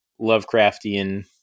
Lovecraftian